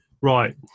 Right